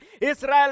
Israel